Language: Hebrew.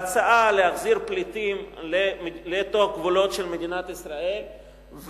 בהצעה להחזיר פליטים לתוך גבולות מדינת ישראל,